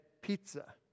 pizza